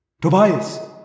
Tobias